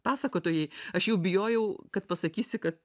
pasakotojai aš jau bijojau kad pasakysi kad